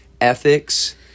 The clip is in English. Ethics